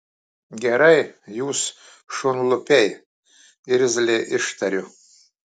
gerai jūs šunlupiai irzliai ištariu